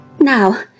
Now